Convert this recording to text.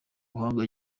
buhamya